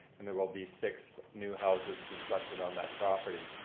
and there will be six new houses constructed on that property.